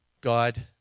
God